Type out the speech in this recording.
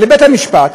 לבית-המשפט,